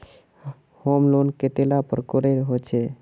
Home loan कतेला प्रकारेर होचे?